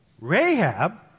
Rahab